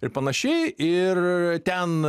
ir panašiai ir ten